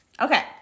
Okay